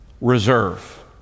reserve